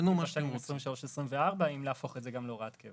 התקציב לשנים 2023 ו-2024 אם להפוך את זה גם להוראת קבע.